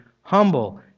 humble